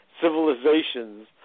civilizations